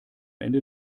ende